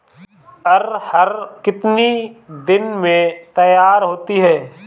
अरहर कितनी दिन में तैयार होती है?